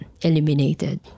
eliminated